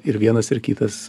ir vienas ir kitas